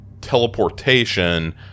teleportation